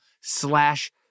slash